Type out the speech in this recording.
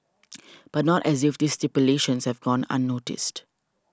but not as if this stipulations have gone unnoticed